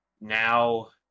now